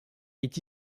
est